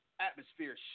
Atmosphere